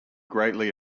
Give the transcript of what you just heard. greatly